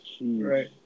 Right